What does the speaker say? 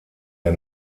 der